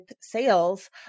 sales